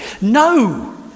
No